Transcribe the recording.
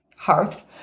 hearth